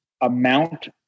amount